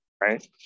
Right